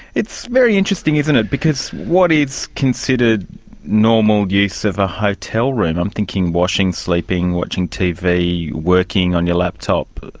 it's very interesting, isn't it, because what is considered normal use of a hotel room i'm thinking washing, sleeping, watching tv, working on your laptop